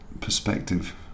perspective